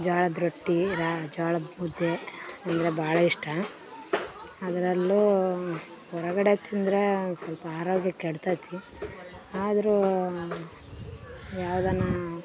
ಜೋಳದ್ ರೊಟ್ಟಿ ರಾ ಜೋಳದ್ ಮುದ್ದೆ ಅಂದರೆ ಭಾಳ ಇಷ್ಟ ಅದರಲ್ಲೂ ಹೊರಗಡೆ ತಿಂದರೆ ಸ್ವಲ್ಪ ಆರೋಗ್ಯ ಕೆಡ್ತದೆ ಆದರೂ ಯಾವ್ದನ್ನು